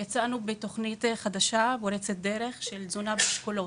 יצאנו בתוכנית חדשה ופורצת דרך של ׳תזונת אשכולות׳.